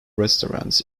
restaurants